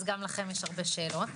אז גם לכם יש הרבה שאלות.